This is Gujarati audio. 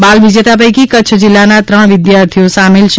બાલ વિજેતા પૈકી કચ્છ જિલ્લાના ત્રણ વિદ્યાર્થીઓ સામેલ છે